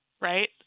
right